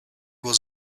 was